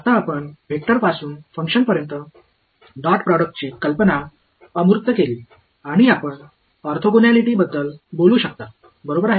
आता आपण वेक्टरपासून फंक्शन्सपर्यंत डॉट प्रॉडक्टची कल्पना अमूर्त केली आणि आपण ऑर्थोगोनॅलिटी बद्दल बोलू शकता बरोबर आहे